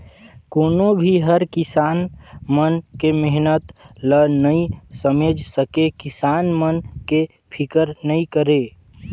कोनो भी हर किसान मन के मेहनत ल नइ समेझ सके, किसान मन के फिकर नइ करे